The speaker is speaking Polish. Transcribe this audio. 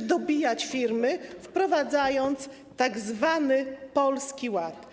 dobijać jeszcze firmy, wprowadzając tzw. Polski Ład.